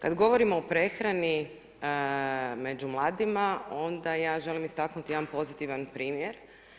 Kada govorimo o prehrani među mladima onda ja želim istaknuti jedan pozitivan primjer.